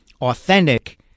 authentic